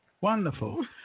Wonderful